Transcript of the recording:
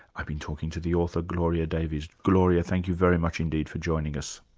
i've been talking to the author, gloria davies. gloria, thank you very much indeed for joining us.